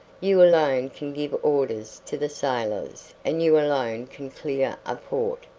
you alone can give orders to the sailors and you alone can clear a port.